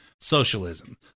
socialism